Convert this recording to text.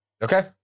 Okay